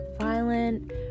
violent